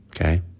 okay